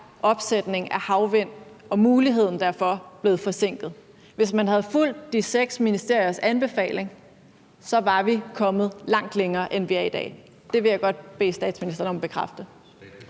opsætningen af havvindmøller og muligheden derfor blevet forsinket? Hvis man havde fulgt de seks ministeriers anbefaling, var vi kommet meget længere, end vi er i dag. Det vil jeg godt bede statsministeren om at bekræfte.